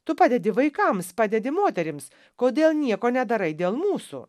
tu padedi vaikams padedi moterims kodėl nieko nedarai dėl mūsų